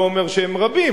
לא אומר שהם רבים,